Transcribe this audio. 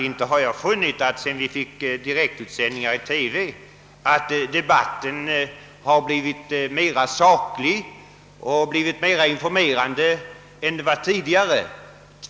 Inte har jag funnit att debatten blivit mera saklig och informerande än tidigare sedan vi fick direktutsändningar i TV.